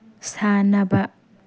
ꯁꯥꯟꯅꯕ